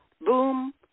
boom